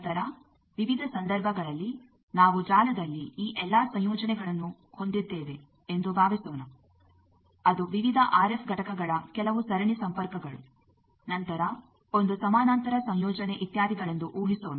ನಂತರ ವಿವಿಧ ಸಂದರ್ಭಗಳಲ್ಲಿ ನಾವು ಜಾಲದಲ್ಲಿ ಈ ಎಲ್ಲ ಸಂಯೋಜನೆಗಳನ್ನು ಹೊಂದಿದ್ದೇವೆ ಎಂದು ಭಾವಿಸೋಣ ಅದು ವಿವಿಧ ಆರ್ಎಫ್ ಘಟಕಗಳ ಕೆಲವು ಸರಣಿ ಸಂಪರ್ಕಗಳು ನಂತರ ಒಂದು ಸಮಾನಾಂತರ ಸಂಯೋಜನೆ ಇತ್ಯಾದಿಗಳೆಂದು ಊಹಿಸೋಣ